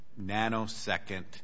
nanosecond